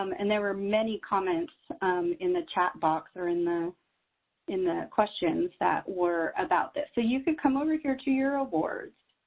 um and there were many comments in the chat box or in the in the questions that were about this. so you could come over here to your awards